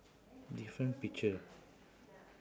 different picture